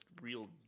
real